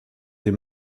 des